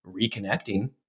reconnecting